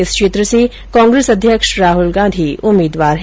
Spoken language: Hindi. इस क्षेत्र से कांग्रेस अध्यक्ष राहुल गांधी उम्मीदवार हैं